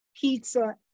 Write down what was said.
pizza